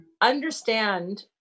understand